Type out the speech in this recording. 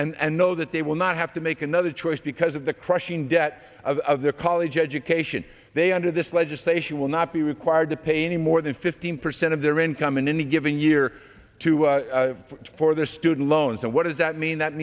careers and know that they will not have to make another choice because of the crushing debt of their college education they under this legislation will not be required to pay any more than fifteen percent of their income in any given year or two for their student loans and what does that mean